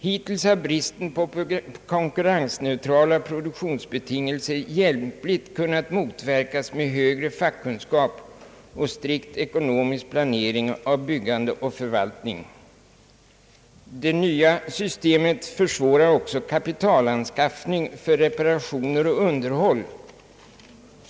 Hittills har bristen på konkurrensneutrala produktionsbetingelser hjälpligt kunnat motverkas med högre fackkunskap och strikt ekonomisk planering av byggande och förvaltning. Det nya systemet försvårar också kapitalan skaffning för reparationer och underhåll.